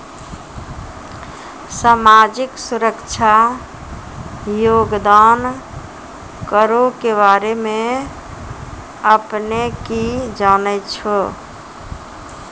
समाजिक सुरक्षा योगदान करो के बारे मे अपने कि जानै छो?